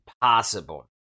possible